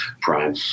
prime